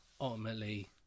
ultimately